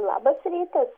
labas rytas